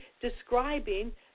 describing